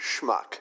schmuck